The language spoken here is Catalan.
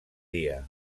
dia